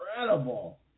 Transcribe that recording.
incredible